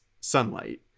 sunlight